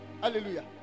hallelujah